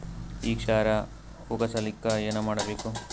ಈ ಕ್ಷಾರ ಹೋಗಸಲಿಕ್ಕ ಏನ ಮಾಡಬೇಕು?